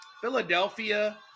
Philadelphia